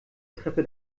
treppe